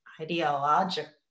ideological